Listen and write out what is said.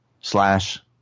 slash